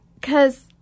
Cause